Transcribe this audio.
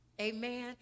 amen